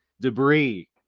debris